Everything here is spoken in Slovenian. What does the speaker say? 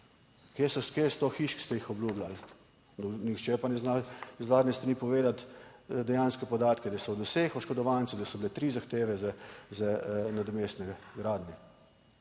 Kje je sto hiš, ki ste jih obljubljali? Nihče pa ne zna z vladne strani povedati dejanske podatke, da so od vseh oškodovancev, da so bile tri zahteve za nadomestne gradnje.